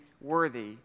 worthy